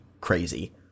crazy